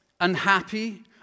unhappy